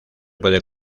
puede